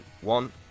one